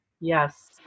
Yes